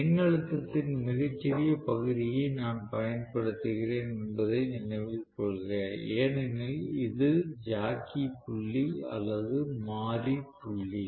மின்னழுத்தத்தின் மிகச் சிறிய பகுதியை நான் பயன்படுத்துகிறேன் என்பதை நினைவில் கொள்க ஏனெனில் இது ஜாக்கி புள்ளி அல்லது மாறி புள்ளி